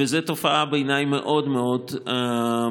וזאת בעיניי תופעה מאוד מאוד מבורכת.